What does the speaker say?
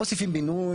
מוסיפים בינוי,